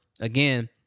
again